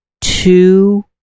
two